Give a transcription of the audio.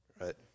right